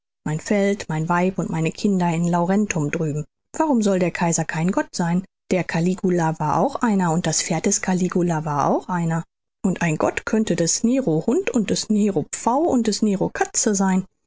mein feld mein weib und meine kinder in laurentum drüben warum soll der kaiser kein gott sein der caligula war auch einer und das pferd des caligula war auch einer und ein gott könnte des nero hund und des nero pfau und des nero katze sein